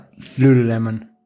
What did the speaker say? Lululemon